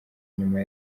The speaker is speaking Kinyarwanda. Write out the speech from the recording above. inyuma